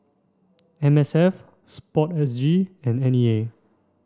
M S F sport S G and N E A